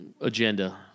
agenda